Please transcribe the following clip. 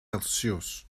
celsius